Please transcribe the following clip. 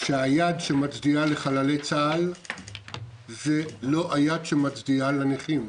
שהיד שמצדיעה לחללי צה"ל היא לא היד שמצדיעה לנכים.